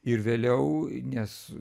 ir vėliau nes